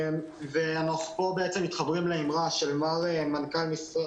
פה אנחנו מתחברים לאמרה של מנכ"ל משרד